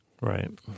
Right